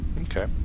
Okay